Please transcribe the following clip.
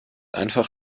einfach